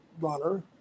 runner